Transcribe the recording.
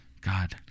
God